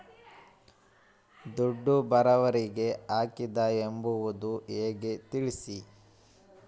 ದುಡ್ಡು ಬೇರೆಯವರಿಗೆ ಹಾಕಿದ್ದಾರೆ ಎಂಬುದು ಹೇಗೆ ತಿಳಿಸಿ?